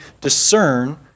discern